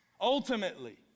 Ultimately